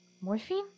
morphine